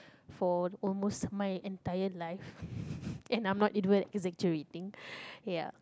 for almost my entire life and I'm not even exaggerating ya